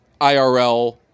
IRL